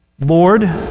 Lord